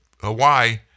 Hawaii